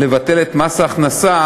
לבטל את העלאת מס ההכנסה,